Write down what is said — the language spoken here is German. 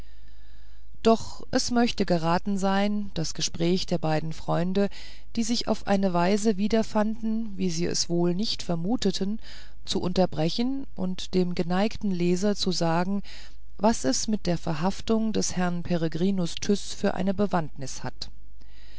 doch es möchte geraten sein das gespräch der beiden freunde die sich auf eine weise wiederfanden wie sie es wohl nicht vermutet zu unterbrechen und dem geneigten leser zu sagen was es mit der verhaftung des herrn peregrinus tyß für eine bewandtnis hatte